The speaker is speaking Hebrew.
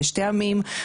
יש טעמים.